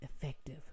effective